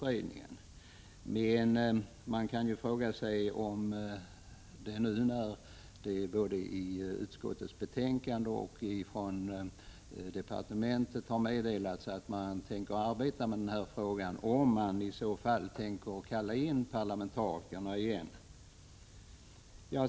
Men nu har det både i utskottsbetänkandet och från departementet meddelats att man tänker arbeta med denna fråga. Man kan då fråga sig om parlamentarikerna i så fall kommer att kallas in igen.